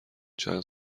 چند